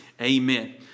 amen